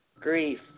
Grief